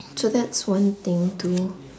so that's one thing too